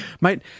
Mate